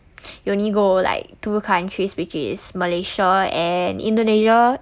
you only go like two countries which is malaysia and indonesia